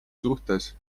suhtes